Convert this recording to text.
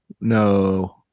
no